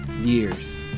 Years